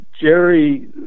jerry